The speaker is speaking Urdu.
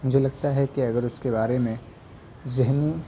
مجھے لگتا ہے کہ اگر اس کے بارے میں ذہنی